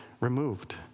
removed